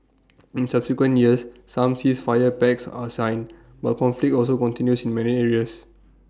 in subsequent years some ceasefire pacts are signed but conflict also continues in many areas